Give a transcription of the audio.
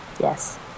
yes